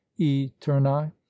eterni